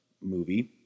movie